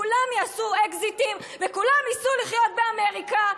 כולם יעשו אקזיטים וכולם ייסעו לחיות באמריקה.